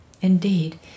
Indeed